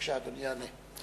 בבקשה, אדוני יענה.